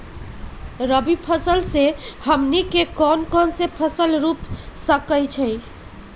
रबी फसल में हमनी के कौन कौन से फसल रूप सकैछि?